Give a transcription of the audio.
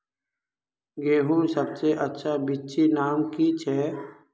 गेहूँर सबसे अच्छा बिच्चीर नाम की छे?